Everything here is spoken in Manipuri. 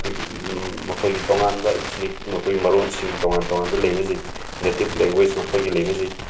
ꯑꯩꯈꯣꯏꯒꯤ ꯃꯈꯣꯏꯒꯤ ꯇꯣꯉꯥꯟꯕ ꯏꯊꯅꯤꯛ ꯃꯈꯣꯏꯒꯤ ꯃꯔꯣꯟꯁꯤꯡ ꯇꯣꯉꯥꯟ ꯇꯣꯉꯥꯟꯕ ꯂꯩꯅꯖꯩ ꯅꯦꯇꯤꯕ ꯂꯦꯡꯒ꯭ꯋꯦꯖ ꯃꯈꯣꯏꯒꯤ ꯂꯩꯅꯖꯩ